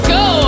go